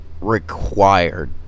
required